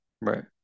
right